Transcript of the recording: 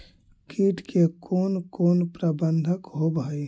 किट के कोन कोन प्रबंधक होब हइ?